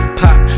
pop